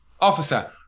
officer